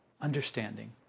Understanding